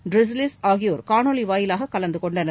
டிரஸ்லிஸ் ஆகியோர் காணொலி வாயிலாகக் கலந்து கொண்டனர்